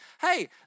hey